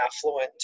affluent